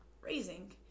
raising